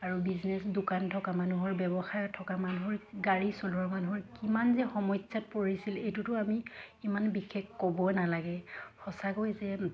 আৰু বিজনেছ দোকান থকা মানুহৰ ব্যৱসায়ত থকা মানুহৰ গাড়ী চলোৱা মানুহৰ কিমান যে সমস্যাত পৰিছিল এইটোতো আমি ইমান বিশেষ ক'ব নালাগে সঁচাকৈ যে